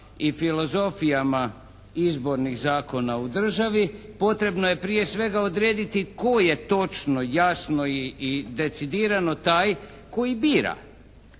i filozofijama izbornih zakona u državi potrebno je prije svega odrediti koji je točno, jasno i decidirano taj koji bira.